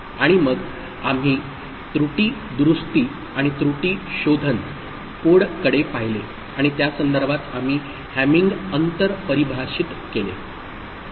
आणि मग आम्ही त्रुटी दुरुस्ती आणि त्रुटी शोधण कोडकडे पाहिले आणि त्या संदर्भात आम्ही हॅमिंग अंतर परिभाषित केले